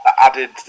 added